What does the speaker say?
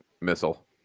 missile